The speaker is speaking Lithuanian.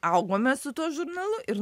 augome su tuo žurnalu ir